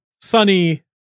sunny